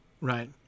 right